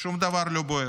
שום דבר לא בוער.